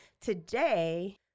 Today